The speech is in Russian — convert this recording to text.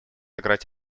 играть